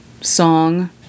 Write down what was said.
song